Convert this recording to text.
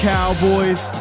Cowboys